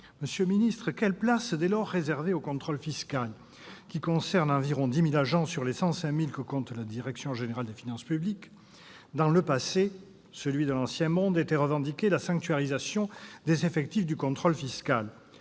Monsieur le ministre, quelle place dès lors réserver au contrôle fiscal, qui concerne environ 10 000 agents sur les 105 000 que compte la direction générale des finances publiques ? Dans le passé, c'est-à-dire dans l'ancien monde, était revendiquée la sanctuarisation des effectifs du contrôle fiscal.